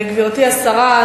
גברתי השרה,